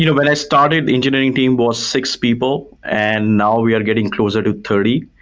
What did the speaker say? you know when i started, the engineering team was six people. and now we are getting closer to thirty.